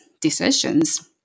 decisions